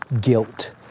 guilt